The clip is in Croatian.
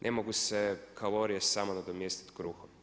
Ne mogu se kalorije samo nadomjestit kruhom.